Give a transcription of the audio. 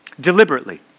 deliberately